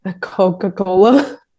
coca-cola